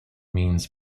means